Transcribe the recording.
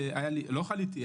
היה לי הווירוס.